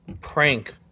prank